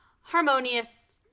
harmonious